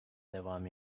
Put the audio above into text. devam